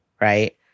Right